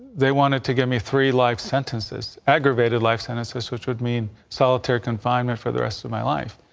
they wanted to give me three life sentences aggravated life sentences which would mean solitary confinement for the rest of my life.